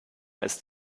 ist